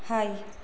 hi